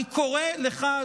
אני קורא לך,